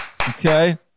Okay